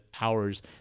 hours